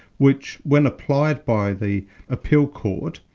which when applied by the appeal court,